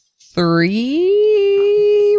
three